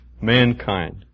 mankind